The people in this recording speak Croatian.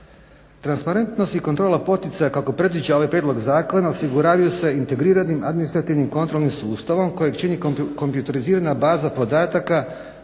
Transparentnost i kontrola poticaja kako predviđa ovaj prijedlog zakona osiguravaju se integriranim administrativnim kontrolnim sustavom kojeg čini kompjuterizirana baza podataka